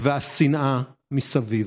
והשנאה מסביב.